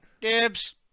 Dibs